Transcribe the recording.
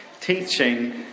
teaching